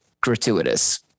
gratuitous